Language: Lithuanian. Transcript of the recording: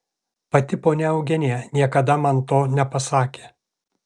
pati ponia eugenija niekada man to nepasakė